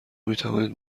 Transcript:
میتوانید